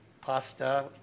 pasta